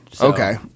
Okay